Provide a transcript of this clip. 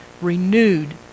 renewed